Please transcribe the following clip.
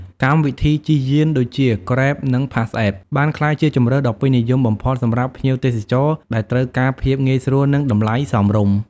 កម្មវិធីជិះយានដូចជា Grab និង PassApp បានក្លាយជាជម្រើសដ៏ពេញនិយមបំផុតសម្រាប់ភ្ញៀវទេសចរដែលត្រូវការភាពងាយស្រួលនិងតម្លៃសមរម្យ។